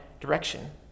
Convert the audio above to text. direction